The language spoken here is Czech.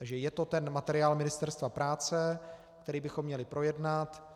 Takže je to ten materiál Ministerstva práce, který bychom měli projednat.